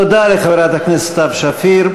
תודה לחברת הכנסת סתיו שפיר.